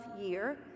year